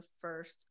first